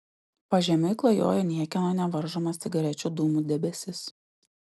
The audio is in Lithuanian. pažemiui klajojo niekieno nevaržomas cigarečių dūmų debesis